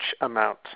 amount